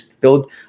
build